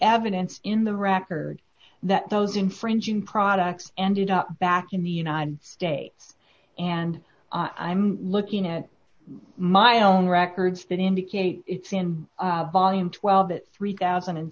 evidence in the record that those infringing products ended up back in the united states and i'm looking at my own records that indicate it's in volume twelve it's three thousand and